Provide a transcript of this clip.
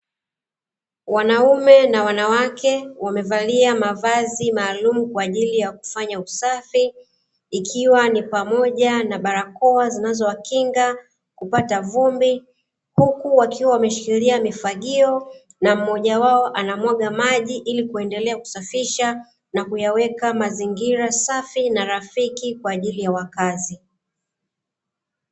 Wanaume na wanawake wamevalia mavazi maalum kwa ajili ya kufanya usafi, ikiwa ni pamoja na barakoa zinazowakinga kupata vumbi huku wakiwa wameshikilia mifagio na mmoja wao anamwaga maji, ili kuendelea kusafisha na kuyaweka mazingira safi na rafiki kwa ajili ya wakazi.